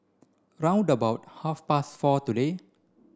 round about half past four today